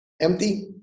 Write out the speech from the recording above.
empty